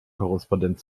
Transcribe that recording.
korrespondent